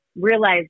realize